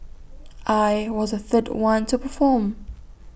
I was the third one to perform